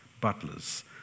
butlers